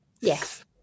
yes